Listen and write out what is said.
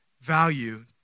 Value